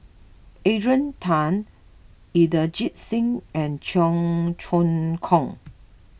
Adrian Tan Inderjit Singh and Cheong Choong Kong